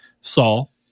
saul